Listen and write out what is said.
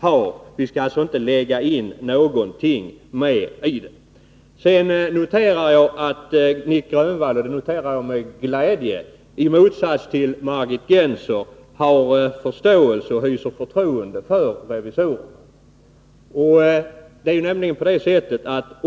Man skall alltså inte lägga in någonting mer i det. Jag noterar med glädje att Nic Grönvall i motsats till Margit Gennser hyser förtroende för revisorerna.